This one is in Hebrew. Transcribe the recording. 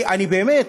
באמת,